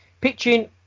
pitching